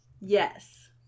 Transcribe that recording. Yes